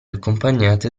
accompagnate